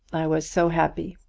i was so happy,